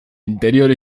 interior